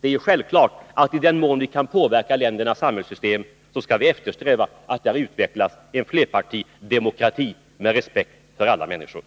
Det är självklart att i den mån vi kan påverka ländernas samhällssystem skall vi eftersträva att där utvecklas en flerpartidemokrati med respekt för alla människor.